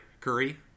Curry